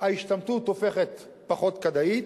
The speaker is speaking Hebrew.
ההשתמטות הופכת פחות כדאית,